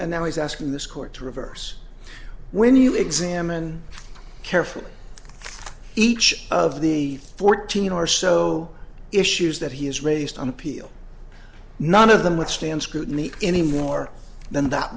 and now he's asking this court to reverse when you examine it carefully each of the fourteen or so issues that he has raised on appeal none of them withstand scrutiny any more than that